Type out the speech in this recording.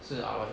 是 aloy